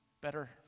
better